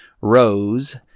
Rose